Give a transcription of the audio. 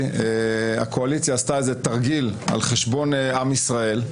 הקואליציה עשתה תרגיל על חשבון עם ישראל,